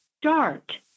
start